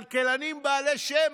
כלכלנים בעלי שם,